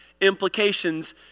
implications